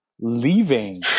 leaving